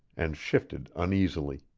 and shifted uneasily.